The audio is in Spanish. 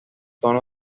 tono